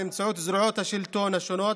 באמצעות זרועות השלטון השונות,